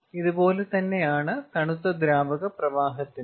അതുപോലെ തണുത്ത ദ്രാവക പ്രവാഹത്തിനും